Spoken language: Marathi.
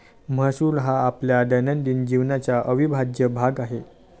महसूल हा आपल्या दैनंदिन जीवनाचा अविभाज्य भाग आहे